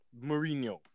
Mourinho